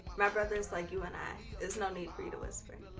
my brother's like you and i, there's no need for you to whisper.